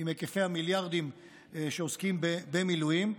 עם היקפי המיליארדים שעוסקים במילואים.